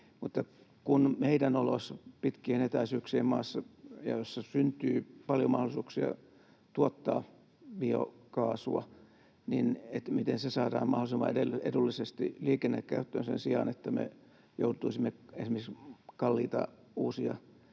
kun meidän oloissamme syntyy paljon mahdollisuuksia tuottaa biokaasua, niin miten se saadaan pitkien etäisyyksien maassa mahdollisimman edullisesti liikennekäyttöön sen sijaan, että me joutuisimme esimerkiksi kalliita uusia